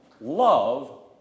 love